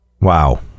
Wow